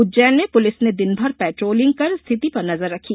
उज्जैन में पुलिस ने दिनभर पेट्रोलिंग कर स्थिति पर नजर रखी